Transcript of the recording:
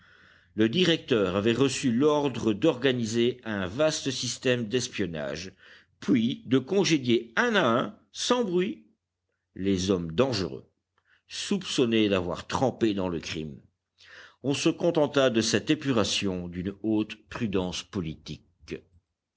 le directeur avait reçu l'ordre d'organiser un vaste système d'espionnage puis de congédier un à un sans bruit les hommes dangereux soupçonnés d'avoir trempé dans le crime on se contenta de cette épuration d'une haute prudence politique